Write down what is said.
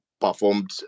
performed